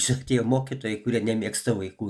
šiek tiek mokytojai kurie nemėgsta vaikų